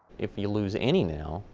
if you lose any now,